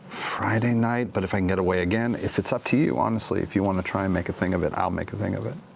friday night, but if i can get away again, if it's up to you, honestly, if you want to try and make a thing of it, i'll make a thing of it.